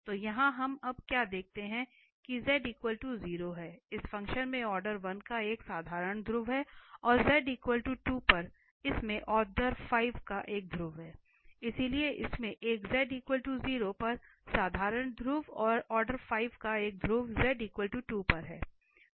तो यहां हम अब क्या देखते हैं कि z 0 हैं इस फ़ंक्शन में ऑर्डर 1 का एक साधारण ध्रुव है और z 2 पर इसमें ऑर्डर 5 का एक ध्रुव है इसलिए इसमें एक z 0 पर साधारण ध्रुव और ऑर्डर 5 का एक ध्रुव z 2 पर है